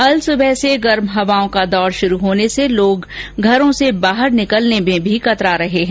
अल सुबह से गर्म हवाओं का दौर शुरू होने से लोग घर से बाहर निकलने में भी परहेज कर रहे है